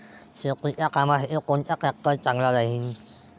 शेतीच्या कामासाठी कोनचा ट्रॅक्टर चांगला राहीन?